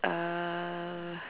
uh